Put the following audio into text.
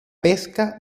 pesca